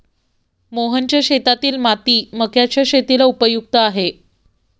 मोहनच्या शेतातील माती मक्याच्या शेतीला उपयुक्त आहे